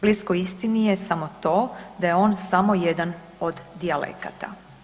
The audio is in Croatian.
Blisko istini je samo to da je on samo jedan od dijalekata.